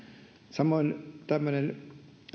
samoin tämmöinen